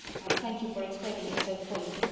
i thank you for explaining it so fully.